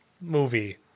movie